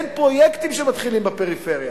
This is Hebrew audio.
אין פרויקטים שמתחילים בפריפריה.